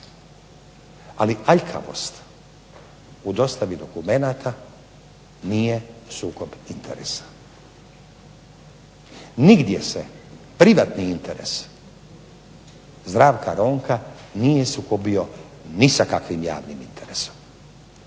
Ali aljkavost u dostavi dokumenata nije sukob interesa. Nigdje se privatni interes Zdravka Ronka nije sukobio ni sa kakvim javnim interesom.